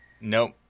Nope